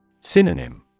Synonym